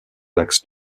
axes